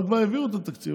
אבל כבר העבירו את התקציב,